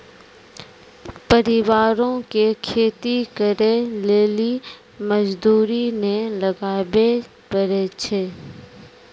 परिवारो के खेती करे लेली मजदूरी नै लगाबै पड़ै छै